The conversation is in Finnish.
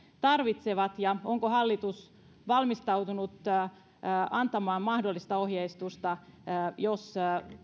tarvitsevat ja onko hallitus valmistautunut antamaan mahdollista ohjeistusta priorisointiin jos